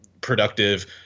productive